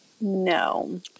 No